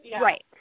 right